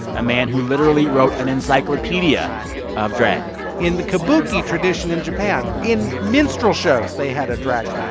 a man who literally wrote an encyclopedia of drag in the kabuki tradition in japan, in minstrel shows, they had a drag